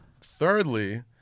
thirdly